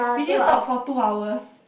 we need to talk for two hours